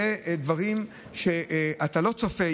אלה דברים שאתה לא צופה,